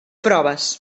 proves